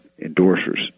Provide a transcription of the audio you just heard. endorsers